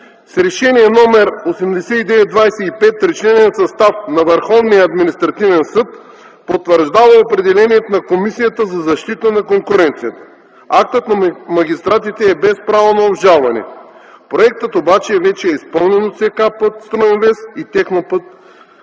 решение № 89-25 на състав на Върховния административен съд се потвърждава определението на Комисията за защита на конкуренцията. Актът на магистратите е без право на обжалване, проектът обаче вече е изпълнен от „СК